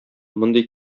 мондый